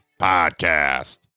podcast